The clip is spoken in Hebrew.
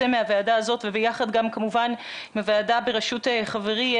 מהוועדה הזאת וביחד גם כמובן עם הוועדה בראשות חברי,